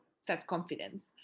self-confidence